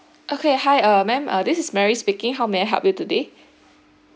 okay hi err ma'am this is mary speaking how may I help you today